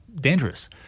dangerous